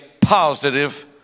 positive